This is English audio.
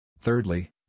Thirdly